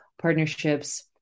partnerships